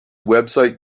website